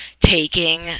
taking